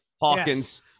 Hawkins